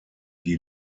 die